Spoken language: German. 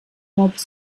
morbus